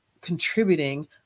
contributing